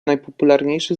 najpopularniejsze